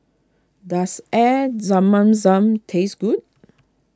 does air Zam man Zam taste good